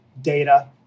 data